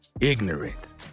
ignorance